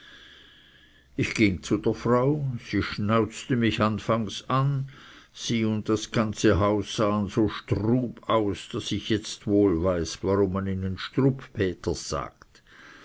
ich ging zu der frau sie schnauzte mich anfangs an sie und das ganze haus sahen so strub aus daß ich jetzt wohl weiß warum man ihnen strubpeters sagt